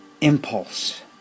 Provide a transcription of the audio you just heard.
impulse